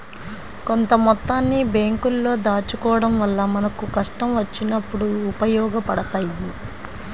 కొంత మొత్తాన్ని బ్యేంకుల్లో దాచుకోడం వల్ల మనకు కష్టం వచ్చినప్పుడు ఉపయోగపడతయ్యి